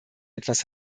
etwas